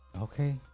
Okay